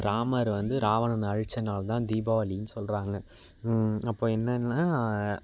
ராமர் வந்து ராவணனை அழித்த நாள் தான் தீபாவளின்னு சொல்கிறாங்க அப்போது என்னென்னா